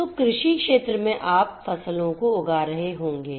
तो कृषि क्षेत्र में आप फसलों को उगा रहे होंगे